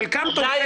חלקם דוברי